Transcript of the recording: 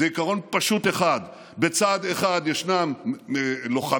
זה עיקרון פשוט אחד: בצד אחד ישנם לוחמים,